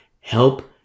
help